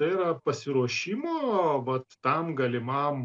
tai yra pasiruošimo vat tam galimam